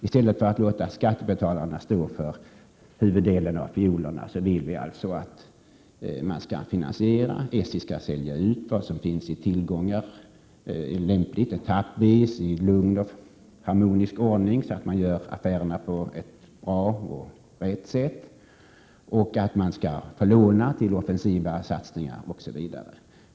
I stället för att låta skattebetalarna stå för huvuddelen av pengarna, vill vi att man skall finansiera det hela genom att SJ säljer ut vad som finns i tillgångar. Detta skall lämpligen ske etappvis och i lugn och harmonisk ordning, så att man gör affärerna på ett bra och riktigt sätt. Man skall också få låna till offensiva satsningar, osv.